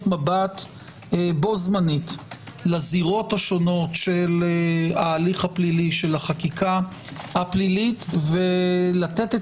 מבט בו זמנית לזירות השונות של ההליך הפלילי של החקיקה הפלילית ולתת את